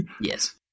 Yes